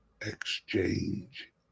exchange